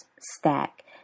stack